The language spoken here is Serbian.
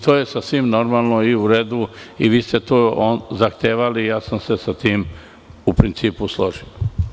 To je sasvim normalno i u redu i vi ste to zahtevali i ja sam se sa tim, u principu, složio.